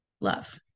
love